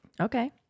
Okay